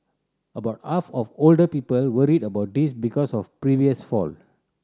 about half of older people worry about this because of previous fall